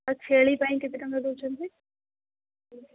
ଆଉ ଛେଳି ପାଇଁ କେତେ ଟଙ୍କା ଦେଉଛନ୍ତି